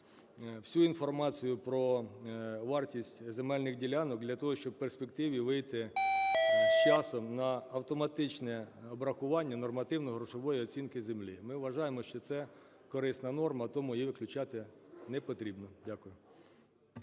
всю інформацію про вартість земельних ділянок для того, щоб у перспективі вийти з часом на автоматичне обрахування нормативно-грошової оцінки землі. Ми вважаємо, що це корисна норма, тому її виключати не потрібно. Дякую.